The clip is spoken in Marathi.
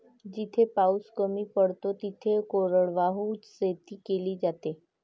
जिथे पाऊस कमी पडतो तिथे कोरडवाहू शेती केली जाते